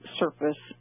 surface